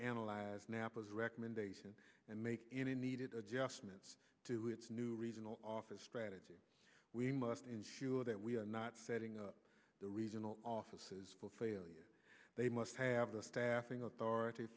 analyze napoles recommendation and make any needed adjustments to its new regional office strategy we must ensure that we are not setting up the regional offices for failure they must have the staffing authority